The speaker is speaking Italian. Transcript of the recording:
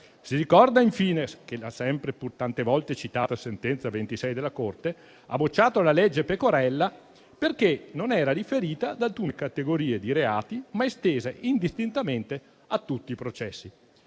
Si ricorda, infine, che la sempre e pur tante volte citata sentenza della Corte n. 26 del 2007 ha bocciato la legge cosiddetta Pecorella perché non era riferita ad alcune categorie di reati, ma estesa indistintamente a tutti i processi.